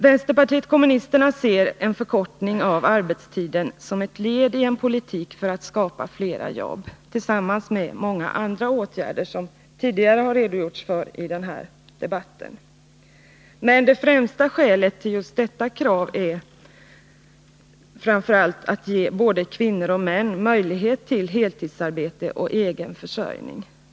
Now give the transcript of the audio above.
Vänsterpartiet kommunisterna ser en förkortning av arbetstiden som ett led i en politik för att skapa flera jobb tillsammans med många andra åtgärder, som tidigare har redogjorts för i den här debatten. Men det främsta skälet till detta krav är dock att vi vill ge både kvinnor och män möjlighet till heltidsarbete och egen försörjning.